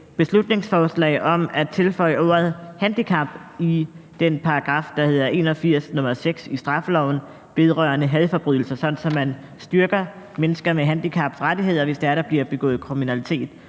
beslutningsforslag om at tilføje ordet handicap i § 81, nr. 6, i straffeloven vedrørende hadforbrydelser, sådan at man styrker mennesker med handicaps rettigheder, hvis der bliver begået kriminalitet